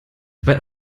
weil